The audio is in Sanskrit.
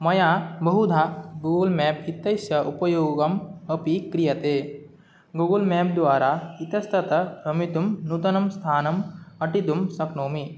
मया बहुधा गूगल् मेप् इत्यस्य उपयोगः अपि क्रियते गूगल् मेप् द्वारा इतस्ततः भ्रमितुं नूतनं स्थानम् अटितुं शक्नोमि